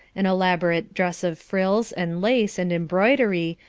an elaborate dress of frills, and lace, and embroidery,